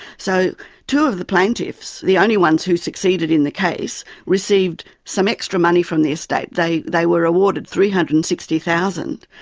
so two of the plaintiffs, the only ones who succeeded in the case received some extra money from the estate, they they were awarded three hundred and sixty thousand